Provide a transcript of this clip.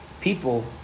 people